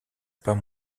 pas